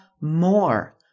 more